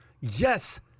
yes